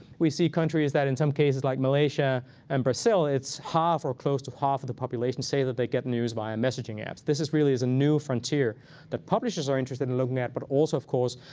we see countries that in some cases, like malaysia and brazil, it's half or close to half of the population say that they get news via messaging apps. this really is a new frontier that publishers are interested in looking at. but also, of course,